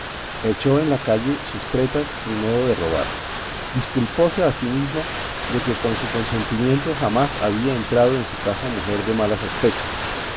echó en la calle sus tretas y modo de robar disculpóse a sí misma de que con su consentimiento jamás había entrado en su casa mujer de mala sospecha